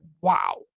wow